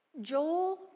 Joel